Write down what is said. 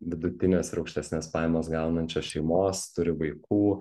vidutines ir aukštesnes pajamas gaunančios šeimos turi vaikų